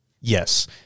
Yes